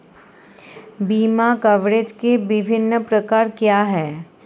बीमा कवरेज के विभिन्न प्रकार क्या हैं?